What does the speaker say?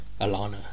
Alana